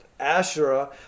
Asherah